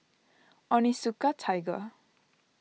Onitsuka Tiger